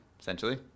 Essentially